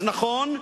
אז נכון,